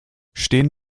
stehen